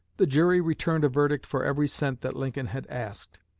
the jury returned a verdict for every cent that lincoln had asked.